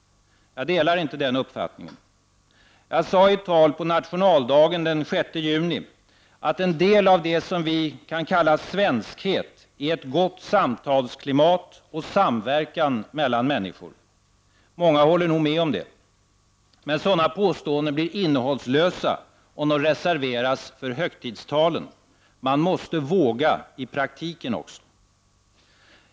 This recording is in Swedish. Jag delar inte den uppfattningen. Jag sade i ett tal på nationaldagen den 6 juni att en del av det som vi kan kalla svenskhet är ett gott samtalsklimat och samverkan mellan människor. Många håller nog med om det. Men sådana påståenden blir innehållslösa om de reserveras för högtidstalen. Man måste våga i praktiken också.